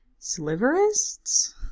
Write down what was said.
Sliverists